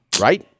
Right